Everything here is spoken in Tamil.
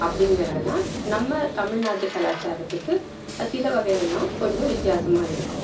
அப்படிங்கிறதெல்லாம் நம்ம தமிழ்நாட்டு கலாச்சாரத்துக்கு சில வகையிலலாம் கொஞ்சம் வித்தியாசமாக இருக்கும்